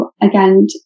again